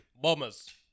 bombers